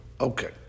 Okay